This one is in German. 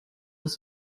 dass